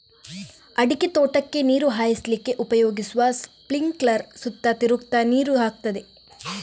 ಅಡಿಕೆ ತೋಟಕ್ಕೆ ನೀರು ಹಾಯಿಸ್ಲಿಕ್ಕೆ ಉಪಯೋಗಿಸುವ ಸ್ಪಿಂಕ್ಲರ್ ಸುತ್ತ ತಿರುಗ್ತಾ ನೀರು ಹಾಕ್ತದೆ